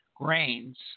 grains